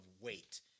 weight